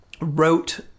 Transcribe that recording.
wrote